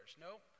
Nope